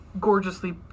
gorgeously